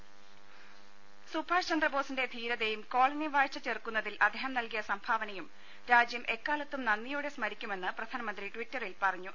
രുദ സുഭാഷ് ചന്ദ്രബോസിന്റെ ധീരതയും കോളനിവാഴ്ച ചെറുക്കുന്നതിൽ അദ്ദേഹം നൽകിയ സംഭാവനയും രാജ്യം എക്കാലത്തും നന്ദിയോടെ സ്മരിക്കുമെന്ന് പ്രധാനമന്ത്രി ട്വിറ്ററിൽ പറഞ്ഞു